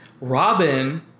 Robin